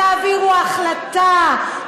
תעבירו החלטה,